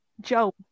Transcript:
Joe